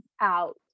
out